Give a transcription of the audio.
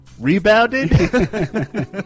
rebounded